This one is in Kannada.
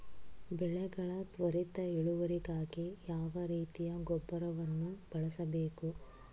ಬೆಳೆಗಳ ತ್ವರಿತ ಇಳುವರಿಗಾಗಿ ಯಾವ ರೀತಿಯ ಗೊಬ್ಬರವನ್ನು ಬಳಸಬೇಕು?